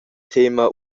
tema